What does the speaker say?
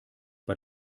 bei